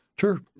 Sure